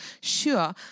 sure